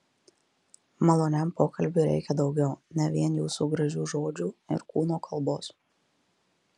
maloniam pokalbiui reikia daugiau ne vien jūsų gražių žodžių ir kūno kalbos